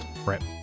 right